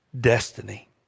destiny